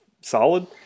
solid